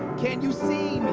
can't you see